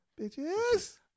bitches